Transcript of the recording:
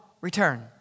return